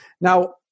Now